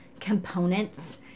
components